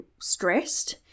stressed